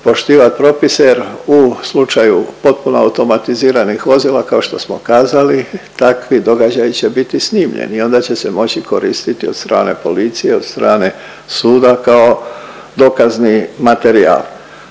poštivat propise jer u slučaju potpuno automatiziranih vozila, kao što smo kazali, takvi događaji će biti snimljeni i onda će se moći koristiti od strane policije, od strane suda kao dokazni materijal.